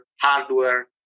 hardware